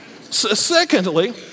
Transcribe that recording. Secondly